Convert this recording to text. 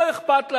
לא אכפת להם,